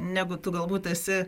negu tu galbūt esi